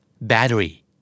Battery